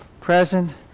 present